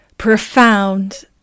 profound